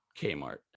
Kmart